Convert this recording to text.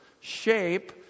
shape